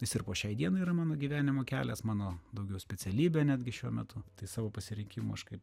jis ir po šiai dienai yra mano gyvenimo kelias mano daugiau specialybė netgi šiuo metu tai savo pasirinkimu aš kaip